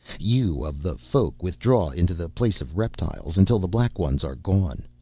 you of the folk withdraw into the place of reptiles until the black ones are gone.